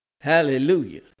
Hallelujah